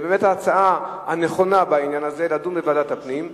באמת ההצעה הנכונה בעניין הזה היא לדון בוועדת הפנים.